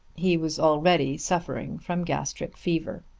he was already suffering from gastric fever.